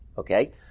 Okay